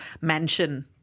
mansion